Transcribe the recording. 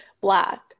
Black